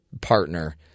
partner